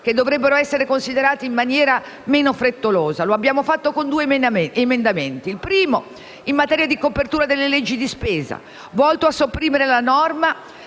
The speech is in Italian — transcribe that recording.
che dovrebbero essere considerati in maniera meno frettolosa, e lo abbiamo fatto con due emendamenti. Il primo, in materia di copertura delle leggi di spesa, è volto a sopprimere la norma